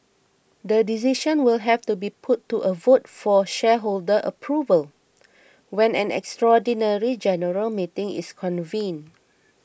the decision will have to be put to a vote for shareholder approval when an extraordinary general meeting is convened